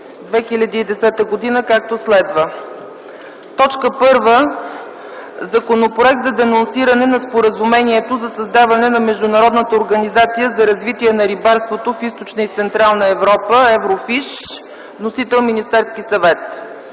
2010 г., както следва: „1. Законопроект за денонсиране на Споразумението за създаване на Международната организация за развитие на рибарството в Източна и Централна Европа (Еврофиш). Вносител - Министерският съвет.